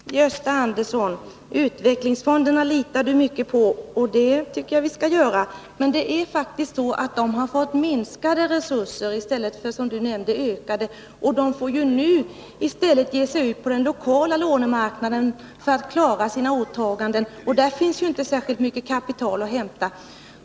Herr talman! Gösta Andersson förlitar sig mycket på utvecklingsfonderna, och det tycker också jag att vi skall göra. Men de har faktiskt fått minskade resurser i stället för ökade, som Gösta Andersson nämnde. De får nu ge sig ut på den lokala lånemarknaden för att klara sina åtaganden, och där finns ju inte särskilt mycket kapital att hämta.